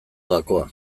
gakoa